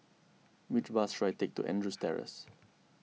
which bus should I take to Andrews Terrace